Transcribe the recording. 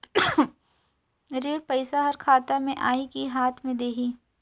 ऋण पइसा हर खाता मे आही की हाथ मे देही?